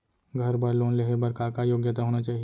घर बर लोन लेहे बर का का योग्यता होना चाही?